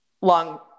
Long